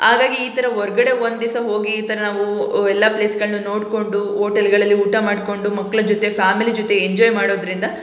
ಹಾಗಾಗಿ ಈ ಥರ ಹೊರ್ಗಡೆ ಒಂದಿವ್ಸ ಹೋಗಿ ಈ ಥರ ನಾವು ಎಲ್ಲ ಪ್ಲೇಸ್ಗಳನ್ನೂ ನೋಡಿಕೊಂಡು ಓಟೆಲ್ಗಳಲ್ಲಿ ಊಟ ಮಾಡಿಕೊಂಡು ಮಕ್ಳ ಜೊತೆ ಫ್ಯಾಮಿಲಿ ಜೊತೆ ಎಂಜೋಯ್ ಮಾಡೋದರಿಂದ